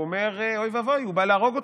הוא אומר: אוי ואבוי, הוא בא להרוג אותי.